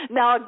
Now